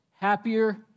happier